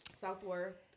Southworth